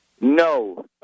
No